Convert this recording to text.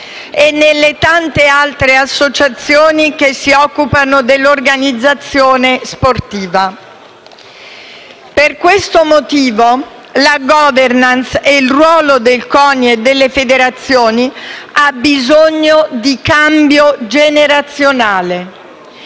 e nelle tante altre associazioni che si occupano dell'organizzazione sportiva. Per questo motivo la *governance* e il ruolo del CONI e delle federazioni hanno bisogno di cambio generazionale,